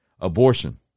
abortion